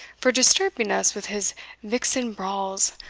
for disturbing us with his vixen brawls,